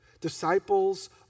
Disciples